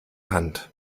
hand